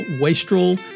wastrel